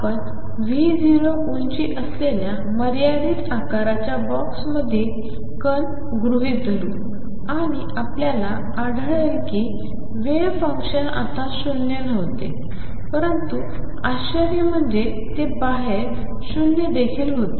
आपण V0 उंची असलेल्या मर्यादित आकाराच्या बॉक्समधील कणगृहीत धरू आणि आपल्याला आढळेल कि वेव्ह फंक्शन आत शून्य नव्हते परंतु आश्यर्य म्हुणजे ते बाहेर शून्य देखील होते